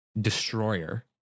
destroyer